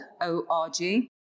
O-R-G